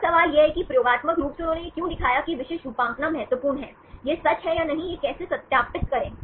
अब सवाल यह है कि प्रयोगात्मक रूप से उन्होंने यह क्यों दिखाया कि यह विशिष्ट रूपांकना महत्वपूर्ण है यह सच है या नहीं कैसे सत्यापित करें